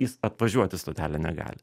jis atvažiuot į stotelę negali